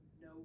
no